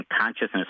consciousness